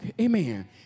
Amen